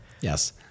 Yes